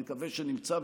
נקווה שנמצא,